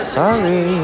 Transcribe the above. sorry